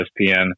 ESPN